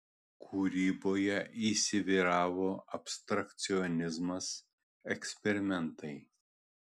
kūryboje įsivyravo abstrakcionizmas eksperimentai